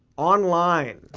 online.